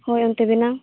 ᱦᱳᱭ ᱚᱱᱛᱮ ᱵᱮᱱᱟᱣ